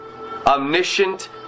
Omniscient